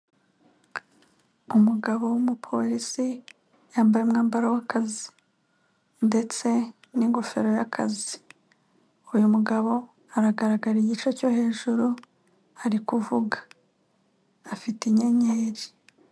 Umugabo w'umupolisi yambaye umwambaro w'akazi ndetse n'ingofero y'akazi uyu mugabo aragaragara igice cyo hejuru ari kuvuga afite inyenyeri.